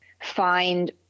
Find